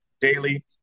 daily